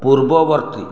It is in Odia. ପୂର୍ବବର୍ତ୍ତୀ